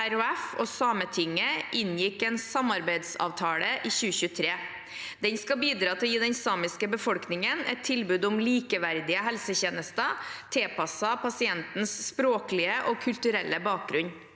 RHF og Sametinget inngikk en samarbeidsavtale i 2023. Den skal bidra til å gi den samiske befolkningen et tilbud om likeverdige helsetjenester tilpasset pasientens språklige og kulturelle bakgrunn.